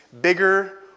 Bigger